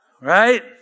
Right